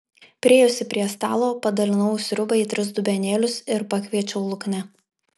priėjusi prie stalo padalinau sriubą į tris dubenėlius ir pakviečiau luknę